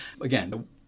Again